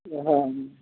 हँ